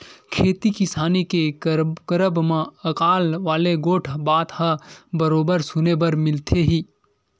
खेती किसानी के करब म अकाल वाले गोठ बात ह बरोबर सुने बर मिलथे ही